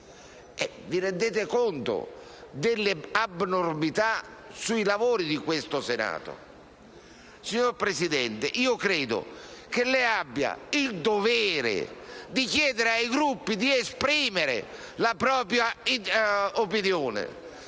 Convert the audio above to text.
Vi rendete conto delle abnormità commesse nel corso dei lavori di questo Senato? Signor Presidente, io credo che lei abbia il dovere di chiedere ai Gruppi di esprimere la propria opinione.